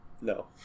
No